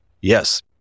yes